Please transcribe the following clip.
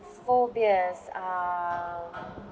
phobias um